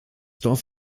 dorf